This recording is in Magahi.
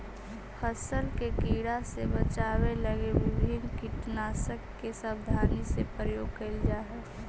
फसल के कीड़ा से बचावे लगी विभिन्न कीटनाशक के सावधानी से प्रयोग कैल जा हइ